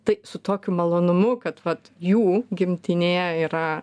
tai su tokiu malonumu kad vat jų gimtinėje yra